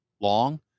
long